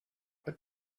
what